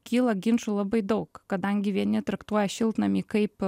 kyla ginčų labai daug kadangi vieni traktuoja šiltnamį kaip